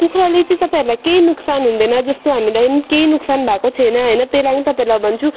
कुखुराले चाहिँ तपाईँहरूलाई केही नोक्सान हुँदैन जस्तो हामीलाई न केही नोक्सान भएको छैन होइन त्यही लागि तपाईँहरूलाई अब भन्छु